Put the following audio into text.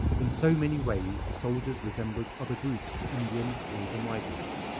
in so many ways the soldiers resembled other groups of indian labour migrants,